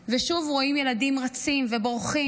ושוב רואים ילדים רצים ובורחים.